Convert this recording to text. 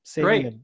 great